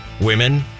women